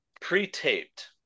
pre-taped